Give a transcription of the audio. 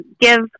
give